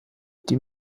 die